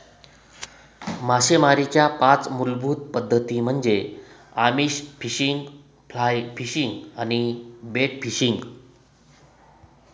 मासेमारीच्या पाच मूलभूत पद्धती म्हणजे आमिष फिशिंग, फ्लाय फिशिंग आणि बेट फिशिंग